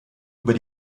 über